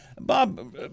Bob